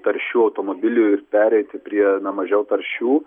taršių automobilių ir pereiti prie na mažiau taršių